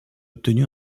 obtenu